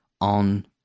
on